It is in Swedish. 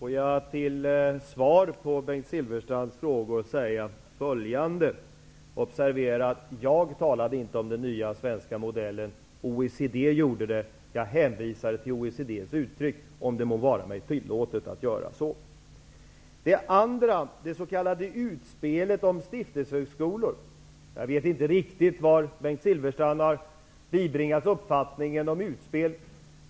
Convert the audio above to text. Herr talman! Som svar på Bengt Silfverstrands frågor vill jag säga följande. Observera att det inte var jag som talade om den nya svenska modellen, utan det var OECD som gjorde det. Jag hänvisade till OECD:s uttryck, om det må vara mig tillåtet att göra så. Beträffande den andra frågan om det s.k. utspelet om stiftelsehögskolor, vet jag inte hur Bengt Silfverstrand har bibringats uppfattningen om utspel.